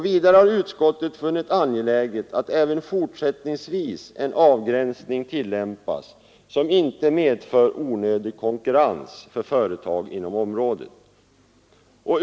Vidare har utskottet funnit angeläget att även fortsättningsvis en avgränsning tillämpas som inte medför onödig konkurrens för företag inom området.